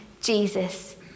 Jesus